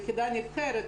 יחידה נבחרת,